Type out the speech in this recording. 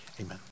amen